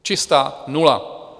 Čistá nula.